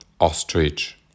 ostrich